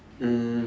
um